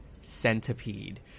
centipede